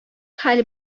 хәл